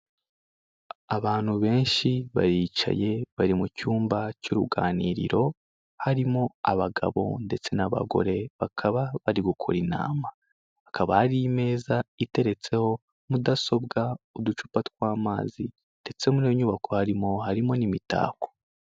Abantu benshi baricaye bari mu cyumba cy'uruganiriro harimo abagabo ndetse n'abagore bakaba bari gukora inama, hakaba hari meza iteretseho mudasobwa, uducupa tw'amazi ndetse muri iyo nyubako harimo n'imitako.